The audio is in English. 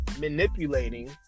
manipulating